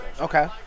Okay